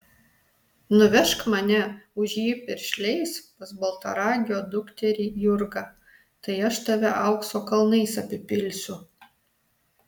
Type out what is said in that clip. nuvežk mane už jį piršliais pas baltaragio dukterį jurgą tai aš tave aukso kalnais apipilsiu